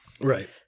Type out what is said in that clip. Right